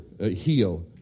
heal